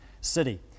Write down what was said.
city